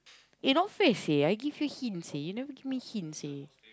you no face eh I give you hints seh you never give me hints seh